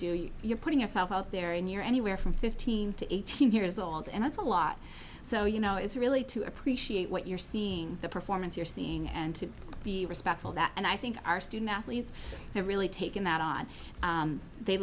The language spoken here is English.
do you're putting yourself out there and you're anywhere from fifteen to eighteen years old and that's a lot so you know it's really to appreciate what you're seeing the performance you're seeing and to be respectful that and i think our student athletes have really taken that on they